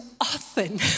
often